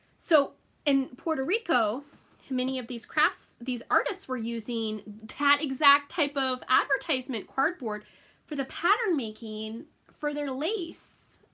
so in puerto rico many of these crafts these artists were using that exact type of advertisement cardboard for the pattern making for their lace.